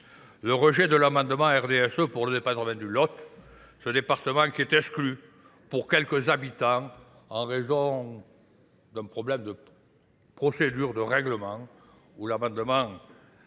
le rejet de l'amendement RDSE pour le département du Lot, ce département qui est exclu pour quelques habitants en raison d'un problème de procédure de règlement où l'amendement